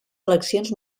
eleccions